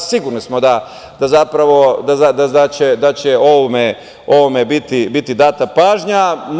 Sigurni smo da, zapravo, da će ovome biti data pažnja.